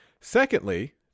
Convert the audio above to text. Secondly